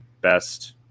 best –